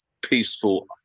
peaceful